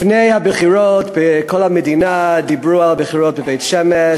לפני הבחירות כל המדינה דיברה על הבחירות בבית-שמש,